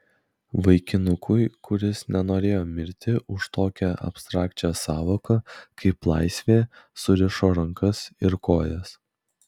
vaikinukui kuris nenorėjo mirti už tokią abstrakčią sąvoką kaip laisvė surišo rankas ir kojas